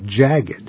jagged